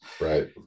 right